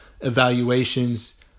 evaluations